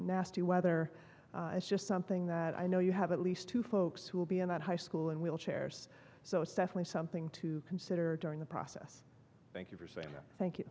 nasty weather is just something that i know you have at least two folks who will be in that high school in wheelchairs so it's definitely something to consider during the process thank you